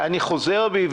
אני חוזר בי.